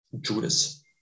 Judas